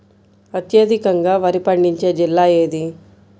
అత్యధికంగా వరి పండించే జిల్లా ఏది?